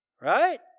Right